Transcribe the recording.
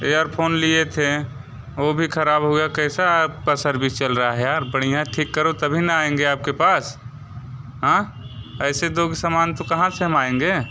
earphone लिए थे वो भी ख़राब हो गया कैसा आपका सर्विस चल रहा है यार बढ़िया ठीक करो तभी ना आएँगे आप के पास हाँ ऐसे दोगे सामान तो कहाँ से हम आएँगे